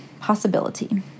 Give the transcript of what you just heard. possibility